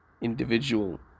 individual